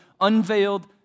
unveiled